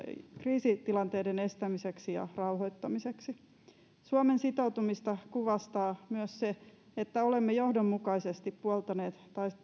kriisitilanteiden estämiseksi ja rauhoittamiseksi suomen sitoutumista kuvastaa myös se että olemme johdonmukaisesti puoltaneet